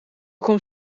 komt